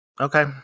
Okay